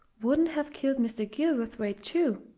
wouldn't have killed mr. gilverthwaite, too,